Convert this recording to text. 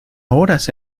horas